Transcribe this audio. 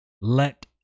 let